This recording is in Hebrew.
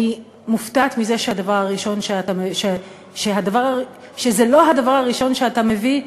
אני מופתעת מזה שזה לא הדבר הראשון שאתה מביא,